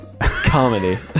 Comedy